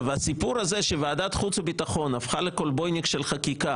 הסיפור הוא שוועדת חוץ וביטחון הפכה לכולבויניק של חקיקה